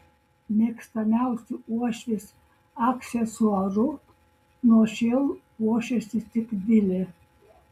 mėgstamiausiu uošvės aksesuaru nuo šiol puošiasi tik vilė